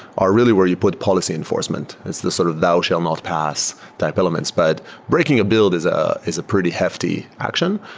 are really where you put policy enforcement. it's this sort of thou shall not pass type elements, but breaking a build is ah is a pretty hefty action.